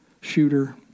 shooter